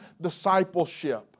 discipleship